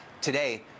Today